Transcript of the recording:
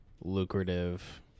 lucrative